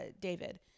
David